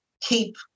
keep